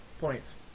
points